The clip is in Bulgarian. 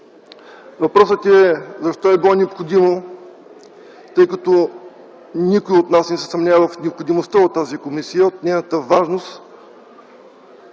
Въпросът е: защо е било необходимо, тъй като никой от нас не се е съмнявал в необходимостта от тази комисия, от нейната важност,